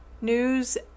News